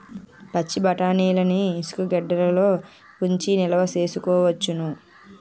పచ్చిబఠాణీలని ఇసుగెడ్డలలో ఉంచి నిలవ సేసుకోవచ్చును